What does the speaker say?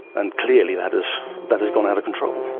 and clearly that has that has gone out of control.